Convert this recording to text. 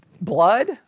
blood